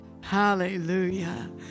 Hallelujah